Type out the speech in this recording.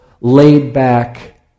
laid-back